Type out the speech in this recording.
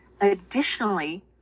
additionally